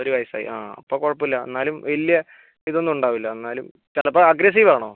ഒരു വയസ്സായി ആ അപ്പം കുഴപ്പമില്ല എന്നാലും വലിയ ഇതൊന്നുമുണ്ടാവില്ല എന്നാലും ചിലപ്പോൾ അഗ്രസീവ് ആണോ